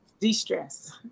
de-stress